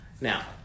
Now